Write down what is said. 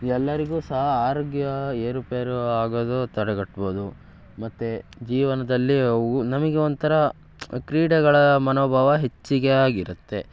ಎಲ್ಲರಿಗೂ ಸಹ ಆರೋಗ್ಯ ಏರುಪೇರು ಆಗೋದು ತಡೆಗಟ್ಬೋದು ಮತ್ತು ಜೀವನದಲ್ಲಿ ಅವು ನಮಗೆ ಒಂಥರ ಕ್ರೀಡೆಗಳ ಮನೋಭಾವ ಹೆಚ್ಚಿಗೆ ಆಗಿರುತ್ತೆ